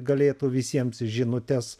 galėtų visiems žinutes